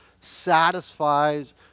satisfies